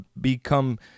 become